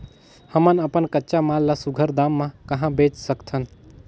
हमन अपन कच्चा माल ल सुघ्घर दाम म कहा बेच सकथन?